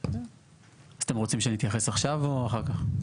אתם רוצים שאני אתייחס עכשיו או אחר כך?